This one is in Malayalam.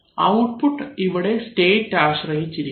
ഔട്ട്പുട്ട് ഇവിടെ സ്റ്റേറ്റ് ആശ്രയിച്ച് ഇരിക്കും